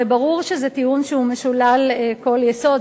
הרי ברור שזה טיעון משולל כל יסוד.